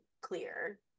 clear